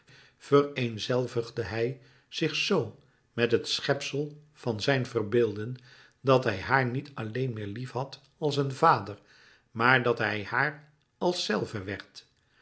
vereenzelvigde hij zich z met het schepsel van zijn verbeelden dat hij haar niet alleen meer liefhad als een vader maar dat hij haar als zelve